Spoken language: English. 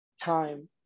time